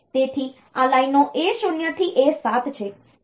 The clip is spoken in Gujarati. તેથી આ લાઈનો A0 થી A7 છે